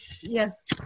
Yes